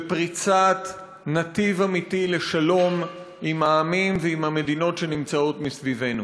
בפריצת נתיב אמיתי לשלום עם העמים ועם המדינות שנמצאים מסביבנו.